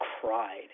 cried